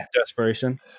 desperation